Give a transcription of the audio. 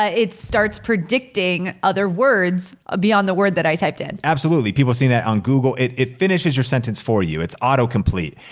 ah it starts predicting other words ah beyond the word that i typed in. absolutely, people have seen that on google. it it finishes your sentence for you, it's autocomplete.